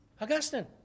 Augustine